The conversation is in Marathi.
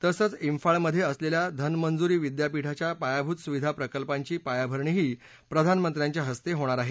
तसंच इंफाळ मध्ये असलेल्या धनमंजुरी विद्यापीठाच्या पायाभूत सुविधा प्रकल्पांची पायाभरणी ही प्रधानमंत्र्यांच्या हस्ते होणार आहे